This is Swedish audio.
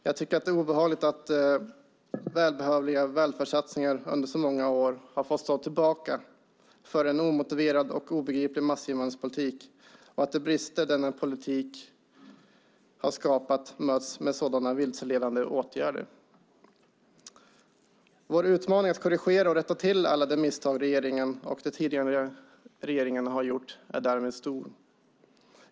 Jag tycker att det är obehagligt att välbehövliga välfärdssatsningar under så många år har fått stå tillbaka för en omotiverad och obegriplig massinvandringspolitik, och de brister denna politik har skapat har mötts med vilseledande åtgärder. Vår utmaning att korrigera och rätta till alla de misstag regeringen och de tidigare regeringarna har gjort är därmed stor.